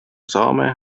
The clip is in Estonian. saame